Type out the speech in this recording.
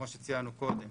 כמו שציינו קודם.